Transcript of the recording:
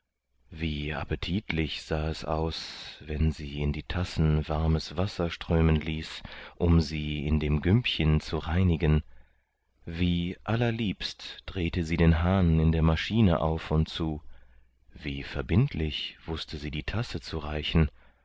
wie appetitlich sah es aus wenn sie in die tassen warmes wasser strömen ließ um sie in dem gümpchen zu reinigen wie allerliebst drehte sie den hahn in der maschine auf und zu wie verbindlich wußte sie die tasse zu reichen